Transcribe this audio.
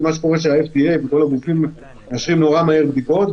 ה-FDA וכל הגופים מאשרים מאוד מהר בדיקות,